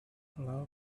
love